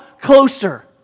closer